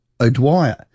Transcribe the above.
O'Dwyer